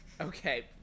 okay